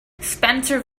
spencer